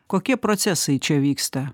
kokie procesai čia vyksta